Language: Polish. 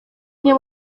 nie